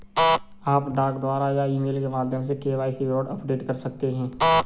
आप डाक द्वारा या ईमेल के माध्यम से के.वाई.सी विवरण अपडेट कर सकते हैं